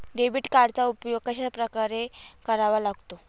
Debit कार्डचा उपयोग कशाप्रकारे करावा लागतो?